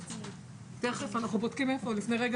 גם לשיבוץ של מורים חדשים,